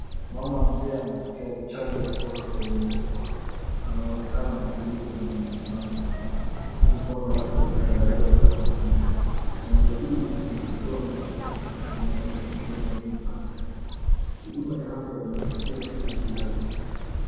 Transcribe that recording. Mama mzee anapokea chanjo kutoka kwa mhudumu wa afya. Anaonekana mtulivu na mwenye imani, huku mkono wake ukiandaliwa kwa sindano. Chanjo hii ni hatua muhimu katika kumlinda dhidi ya magonjwa hatari. Huduma ya afya inamfikia kila kizazi.